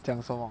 讲什么